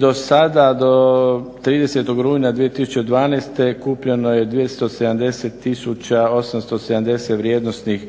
do 30. rujna 2012. kupljeno je 270870 vrijednosnih